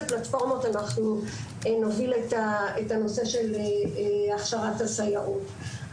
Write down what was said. פלטפורמות אנחנו נוביל את הנושא של הכשרת הסייעות.